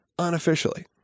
Unofficially